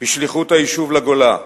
בשליחות היישוב לגולה,